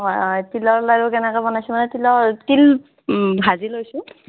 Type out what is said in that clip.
তিলৰ লাৰু কেনেকৈ বনাইছোঁ মানে তিলৰ তিল ভাজি লৈছোঁ